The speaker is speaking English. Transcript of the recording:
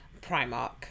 Primark